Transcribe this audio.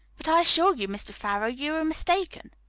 but i assure you, mr. farrow, you are mistaken.